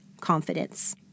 confidence